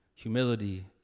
humility